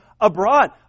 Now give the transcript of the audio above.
abroad